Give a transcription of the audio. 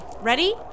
Ready